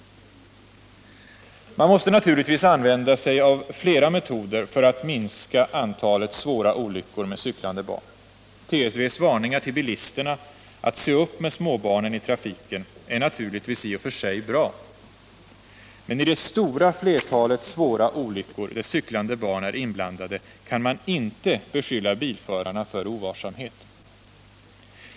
Man måste naturligtvis använda sig av flera metoder för att minska antalet svåra olyckor med cyklande barn. TSV:s varningar till bilisterna att se upp med småbarnen i trafiken är i och för sig bra. Men i det stora flertalet svåra olyckor där cyklande barn är inblandade kan man inte beskylla bilförarna för ovarsamhet.